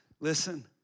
Listen